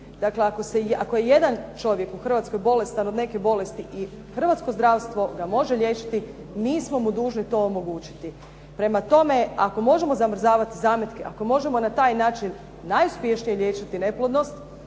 Dakle ako je jedan čovjek u Hrvatskoj bolestan od neke bolesti i hrvatsko zdravstvo ga može liječiti, mi smo mu dužni to omogućiti. Prema tome, ako možemo zamrzavati zametke, ako možemo na taj način najuspješnije liječiti neplodnost,